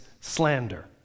slander